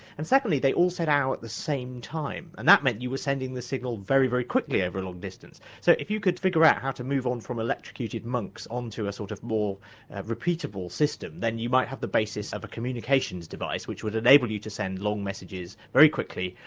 and secondly, they all said, ow at the same time, and that meant you were sending the signal very, very quickly over a long distance. so if you could figure out how to move on from electrocuted monks onto a, sort of, more repeatable system then you might have the basis of a communications device which would enable you to send long messages, very quickly,